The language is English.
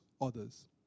others